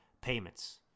payments